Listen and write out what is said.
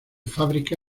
fábrica